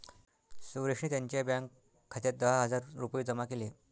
सुरेशने त्यांच्या बँक खात्यात दहा हजार रुपये जमा केले